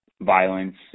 violence